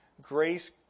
Grace